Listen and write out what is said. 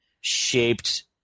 shaped